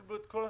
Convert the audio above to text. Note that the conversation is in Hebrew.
איתן,